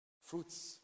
fruits